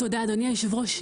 תודה אדוני יושב הראש,